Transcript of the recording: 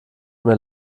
mir